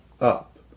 up